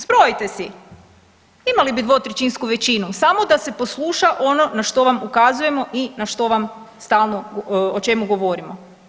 Zbrojite si, imali bi dvotrećinsku većinu samo da se posluša ono na što vam ukazujemo i na što vam stalno o čemu govorimo.